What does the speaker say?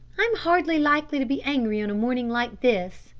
i'm hardly likely to be angry on a morning like this,